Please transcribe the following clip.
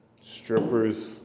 Strippers